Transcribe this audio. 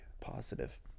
positive